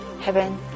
heaven